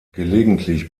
gelegentlich